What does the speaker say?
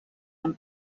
amb